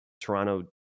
Toronto